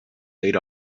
laid